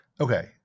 okay